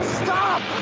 stop